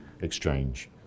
exchange